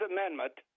Amendment